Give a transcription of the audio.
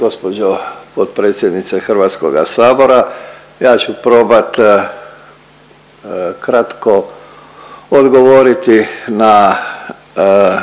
gospođo potpredsjednice HS-a. Ja ću probat kratko odgovoriti na